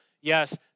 yes